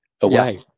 away